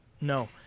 No